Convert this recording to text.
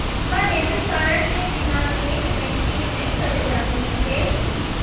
का debit card के बिना नेट बैंकिंग नई करे जाथे सके?